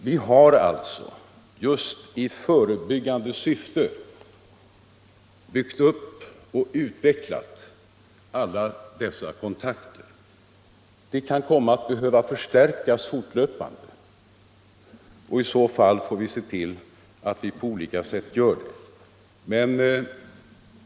Vi har alltså byggt upp och utvecklat alla dessa kontakter just i förebyggande syfte. De kan komma att behöva förstärkas fortlöpande, och i så fall får vi se till att vi på olika sätt gör det.